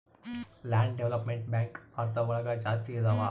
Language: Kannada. ಲ್ಯಾಂಡ್ ಡೆವಲಪ್ಮೆಂಟ್ ಬ್ಯಾಂಕ್ ಭಾರತ ಒಳಗ ಜಾಸ್ತಿ ಇದಾವ